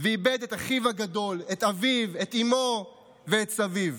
ואיבד את אחיו הגדול, את אביו, את אימו ואת סבו.